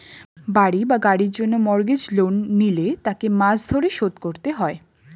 বাড়ি বা গাড়ির জন্য মর্গেজ লোন নিলে তাকে মাস ধরে শোধ করতে হয়